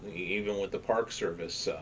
even with the park service,